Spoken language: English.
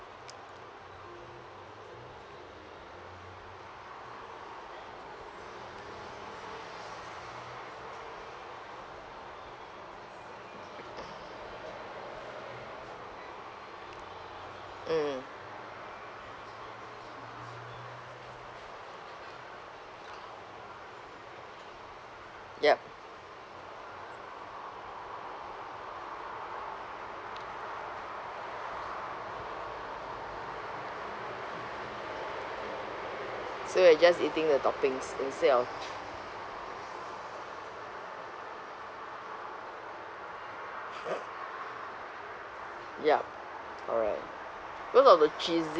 mm yup so you're just eating the toppings instead of yup alright cause of the cheesy